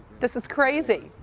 this is crazy.